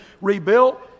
rebuilt